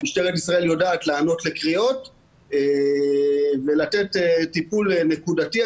משטרת ישראל יודעת לענות לקריאות ולתת טיפול נקודתי.